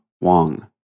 Wang